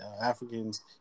Africans